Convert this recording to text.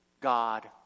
God